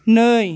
नै